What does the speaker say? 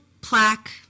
plaque